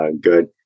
good